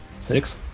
six